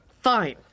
Fine